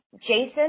Jason